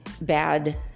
bad